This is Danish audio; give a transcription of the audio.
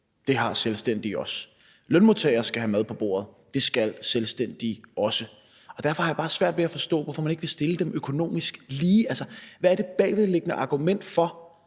det har selvstændige også; lønmodtagere skal have mad på bordet, det skal selvstændige også. Derfor har jeg bare svært ved at forstå, hvorfor man ikke vil stille dem økonomisk lige. Hvad er det bagvedliggende argument for,